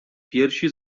piersi